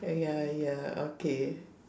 uh ya ya okay